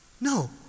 No